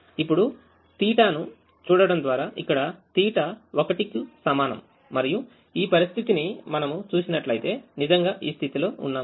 ఇప్పుడు θ చూడడం ద్వారా ఇక్కడ θ 1 కు సమానం మరియు ఈ పరిస్థితిని మనము చూసినట్లయితే నిజంగా ఈ స్థితిలో ఉన్నాము